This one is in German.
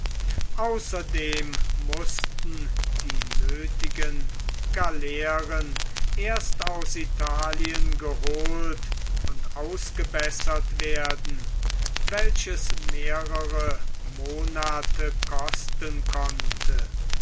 außerdem mußten die nöthigen galeeren erst aus italien geholt und ausgebessert werden welches mehrere monate kosten konnte